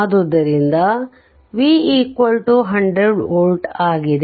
ಆದ್ದರಿಂದ V100 volt ಆಗಿದೆ